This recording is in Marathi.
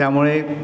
त्यामुळे